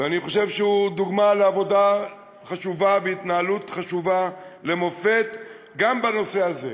ואני חושב שהוא דוגמה לעבודה חשובה והתנהלות למופת גם בנושא הזה.